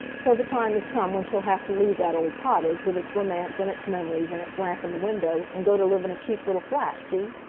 so the time has come when she'll have to leave that old cottage, with its romance, and its memories, and its lamp in the window, and go to live in a cheap little flat, see?